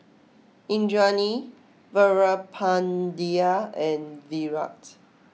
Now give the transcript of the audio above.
Indranee Veerapandiya and Virat